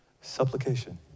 supplication